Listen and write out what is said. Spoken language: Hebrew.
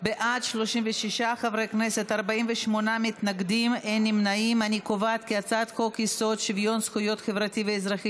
לוועדה את הצעת חוק-יסוד: שוויון זכויות חברתי ואזרחי